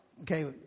okay